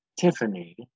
Tiffany